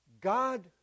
God